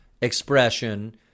expression